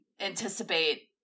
anticipate